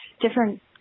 different